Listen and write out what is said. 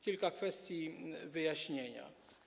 Kilka kwestii do wyjaśnienia.